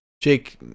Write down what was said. Jake